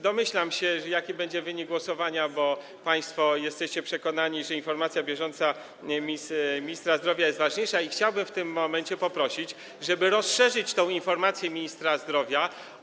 Domyślam się, jaki będzie wynik głosowania, bo państwo jesteście przekonani, że informacja bieżąca przedstawiana przez ministra zdrowia jest ważniejsza, i chciałbym w tym momencie poprosić, żeby rozszerzyć tę informację ministra zdrowia.